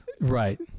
Right